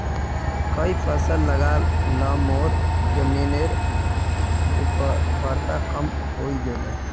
कई फसल लगा ल मोर जमीनेर उर्वरता कम हई गेले